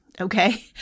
Okay